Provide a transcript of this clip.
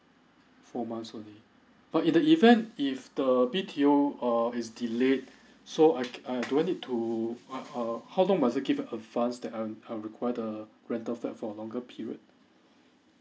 four months only but in the event if to B_T_O err is delayed so I c~ I do I need to like err how long must I give advance that uh uh require the rental flat for longer period